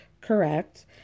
Correct